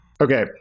Okay